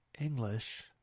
English